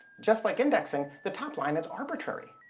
just like indexing, the top line, it's arbitrary.